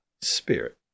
Spirit